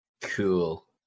cool